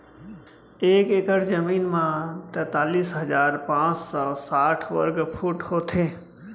एक एकड़ जमीन मा तैतलीस हजार पाँच सौ साठ वर्ग फुट होथे